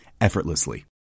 effortlessly